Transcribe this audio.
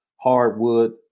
hardwood